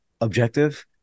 objective